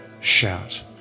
shout